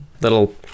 little